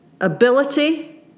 ability